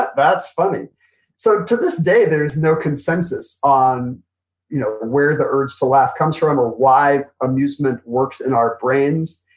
that's funny so to this day there is no consensus on you know where the urge to laugh comes from or why amusement works in our brains.